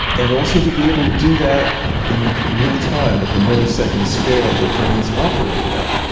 and also to be able to do that in real-time at the millisecond scale that brains operate at.